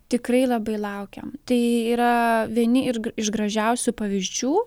tikrai labai laukiam tai yra vieni ir iš gražiausių pavyzdžių